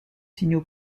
signaux